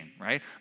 right